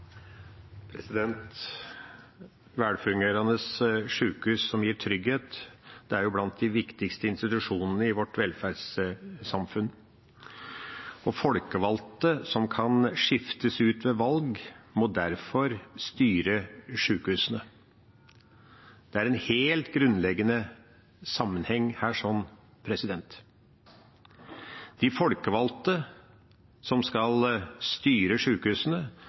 gir trygghet, er blant de viktigste institusjonene i vårt velferdssamfunn. Folkevalgte, som kan skiftes ut ved valg, må derfor styre sjukehusene. Det er en helt grunnleggende sammenheng her. De folkevalgte som skal styre